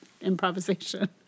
improvisation